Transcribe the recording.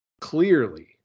clearly